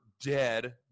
dead